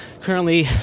currently